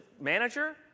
manager